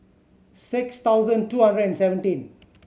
six thousand two hundred and seventeen